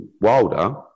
Wilder